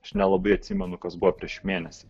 aš nelabai atsimenu kas buvo prieš mėnesį